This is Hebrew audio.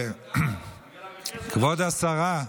כבוד השרה,